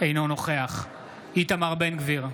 אינו נוכח איתמר בן גביר,